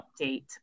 update